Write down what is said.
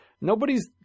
Nobody's